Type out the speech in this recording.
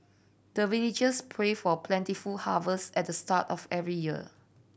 the villagers pray for plentiful harvest at the start of every year